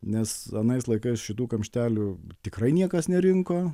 nes anais laikais šitų kamštelių tikrai niekas nerinko